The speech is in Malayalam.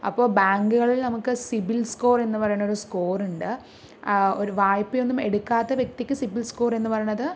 അപ്പോൾ ബാങ്കുകളിൽ നമുക്ക് സിബിൽ സ്കോർ എന്നു പറയണ ഒരു സ്കോർ ഉണ്ട് ഒരു വായ്പ ഒന്നും എടുക്കാത്ത വ്യക്തിക്ക് സിബിൽ സ്കോർ എന്ന് പറയണത്